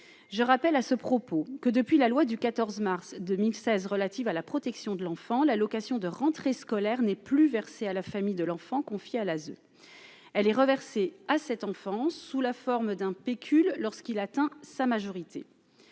je rappelle à ce propos que depuis la loi du 14 mars 2016 relative à la protection de l'enfant, l'allocation de rentrée scolaire n'est plus versée à la famille de l'enfant, confiés à l'ASE elle est reversé à cette enfance sous la forme d'un pécule lorsqu'il atteint sa majorité